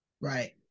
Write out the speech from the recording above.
Right